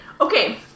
Okay